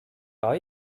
are